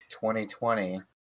2020